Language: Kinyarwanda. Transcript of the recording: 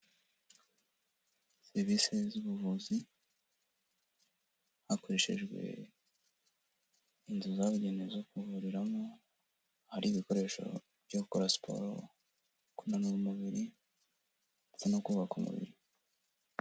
Serivisi z’ubuvuzi hakoreshejwe inzu zabugenewe zo kuvuriramo. Hari ibikoresho byo gukora siporo kunanura umubiri ndetse no kubaka umubiri.